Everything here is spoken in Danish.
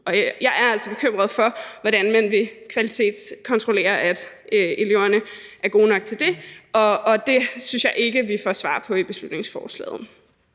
Jeg er altså bekymret for, hvordan man kvalitetssikrer og kontrollerer, at de er gode nok til det, og det synes jeg ikke vi får svar på i beslutningsforslaget.